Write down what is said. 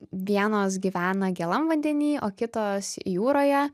vienos gyvena gėlam vandeny o kitos jūroje